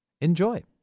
Enjoy